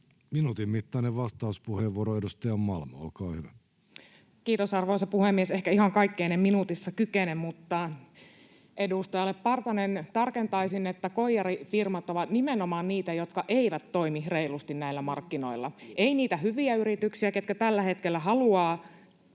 edistämistä koskevaksi lainsäädännöksi Time: 15:56 Content: Kiitos, arvoisa puhemies! Ehkä ihan kaikkeen en minuutissa kykene, mutta edustajalle Partanen tarkentaisin, että koijarifirmat ovat nimenomaan niitä, jotka eivät toimi reilusti näillä markkinoilla — eivät niitä hyviä yrityksiä, jotka tällä hetkellä haluavat